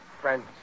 Friends